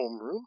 homeroom